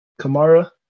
Kamara